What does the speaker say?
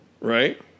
Right